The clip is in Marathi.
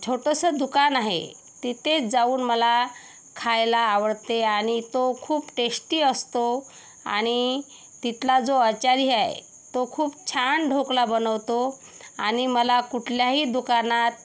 छोटंसं दुकान आहे तिथे जाऊन मला खायला आवडते आणि तो खूप टेश्टी असतो आणि तिथला जो आचारी आहे तो खूप छान ढोकला बनवतो आणि मला कुठल्याही दुकानात